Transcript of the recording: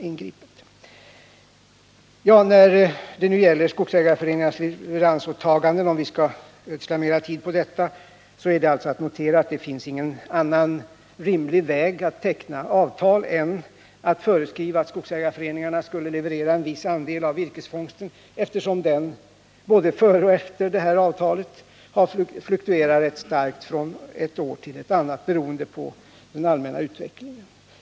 Om vi nu skall ödsla mer tid på detta om skogsägarföreningarnas leveransåtaganden är det att notera att det inte fanns någon annan rimlig väg att teckna avtal än att föreskriva att skogsägarföreningarna skulle leverera en viss andel av virkesfångsten, eftersom den både före och efter det här avtalet fluktuerat rätt starkt från ett år till ett annat beroende på den allmänna utvecklingen.